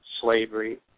slavery